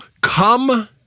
come